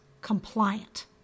compliant